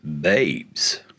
Babes